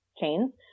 chains